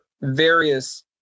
various